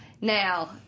Now